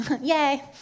Yay